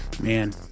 Man